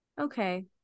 Okay